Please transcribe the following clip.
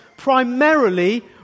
primarily